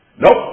Nope